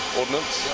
ordnance